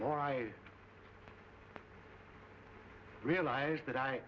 more i realized that